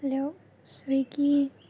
hello Swiggy